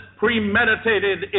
premeditated